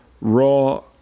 Raw